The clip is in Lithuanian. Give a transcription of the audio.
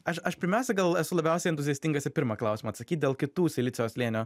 aš aš pirmiausia gal esu labiausiai entuziastingas į pirmą klausimą atsakyt dėl kitų silicio slėnio